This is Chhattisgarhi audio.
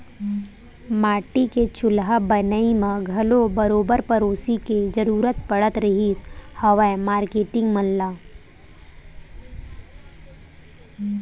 माटी के चूल्हा बनई म घलो बरोबर पेरोसी के जरुरत पड़त रिहिस हवय मारकेटिंग मन ल